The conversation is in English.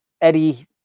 Eddie